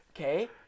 okay